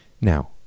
Now